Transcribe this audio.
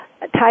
type